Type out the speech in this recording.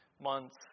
months